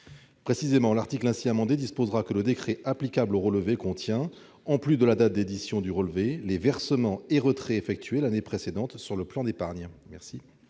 salariés. L'article ainsi amendé disposera que le décret applicable au relevé contient, en plus de la date d'édition du relevé, les versements et retraits effectués l'année précédente sur le plan d'épargne.